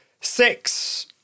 Six